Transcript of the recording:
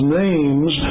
names